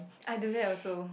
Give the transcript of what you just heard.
I do that also